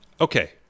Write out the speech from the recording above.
Okay